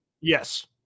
Yes